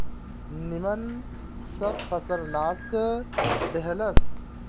निमन सब फसल नाश क देहलस